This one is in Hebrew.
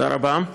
תודה רבה.